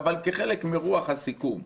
אבל כחלק מרוח הסיכום.